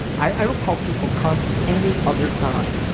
i don't call people cunts any other time.